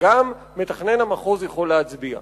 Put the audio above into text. שגם מתכנן המחוז יכול להצביע.